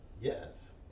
Yes